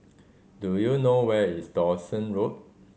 do you know where is Dawson Road